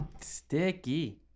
Sticky